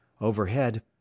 Overhead